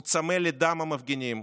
הוא צמא לדם המפגינים,